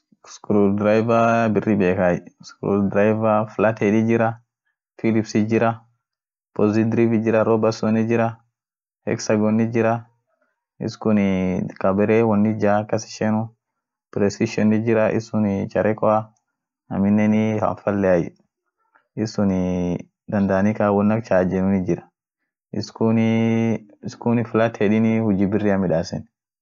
Woyan sunii water provesunii, bisaanin hiishenenu. mara biri mal bokeafa hinkaayeteni, ama malii bisaan fa fofenu, sunfa him kaayeten ama malat won muhimu ak siimuafa woni kasa kabd woya kasakabd, mal noken roobeet woyan sun siit hinjiitu. bisaan yani sii hinkolenu naf siihingaanu, woyan sun bisaan siira dogorti bisaanin naf siihingaanu